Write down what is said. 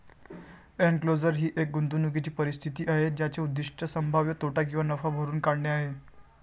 enclosure ही एक गुंतवणूकीची परिस्थिती आहे ज्याचे उद्दीष्ट संभाव्य तोटा किंवा नफा भरून काढणे आहे